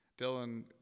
Dylan